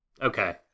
Okay